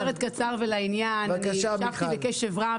אז אני אומרת קצר ולעניין: הקשבתי בקשב רב,